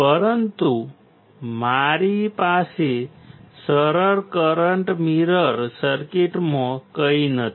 પરંતુ મારી પાસે સરળ કરંટ મિરર સર્કિટમાં કંઈ નથી